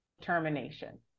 termination